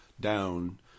down